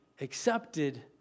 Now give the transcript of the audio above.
accepted